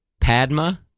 Padma